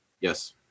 Yes